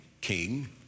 king